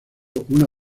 una